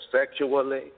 sexually